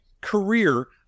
career